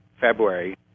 February